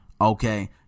okay